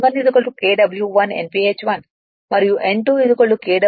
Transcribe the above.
N1 Kw1 Nph1 మరియు N2 Kw2 Nph 2 a